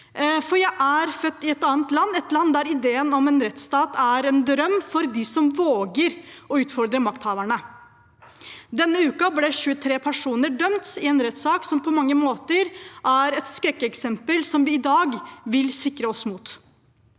annet land, et land der ideen om en rettsstat er en drøm for dem som våger å utfordre makthaverne. I forrige uke ble 23 personer dømt i en rettssak som på mange måter er et skrekkeksempel som vi i dag vil sikre oss mot.